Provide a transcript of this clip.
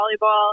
volleyball